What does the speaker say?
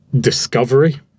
discovery